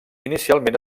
inicialment